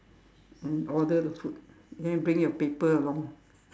and order the food then bring your paper along